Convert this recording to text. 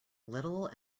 little